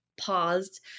paused